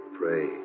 pray